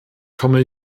komme